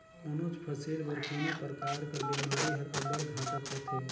कोनोच फसिल बर कोनो परकार कर बेमारी हर अब्बड़ घातक होथे